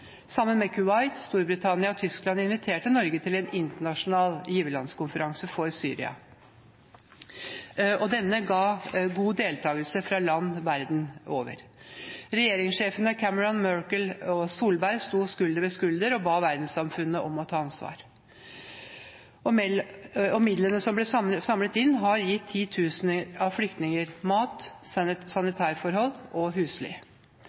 Sammen med Kuwait, Storbritannia og Tyskland inviterte Norge til en internasjonal giverlandskonferanse for Syria, og denne hadde god deltakelse fra land verden over. Regjeringssjefene Cameron, Merkel og Solberg sto skulder ved skulder og ba verdenssamfunnet om å ta ansvar, og midlene som ble samlet inn, har gitt titusener av flyktninger mat, sanitærforhold og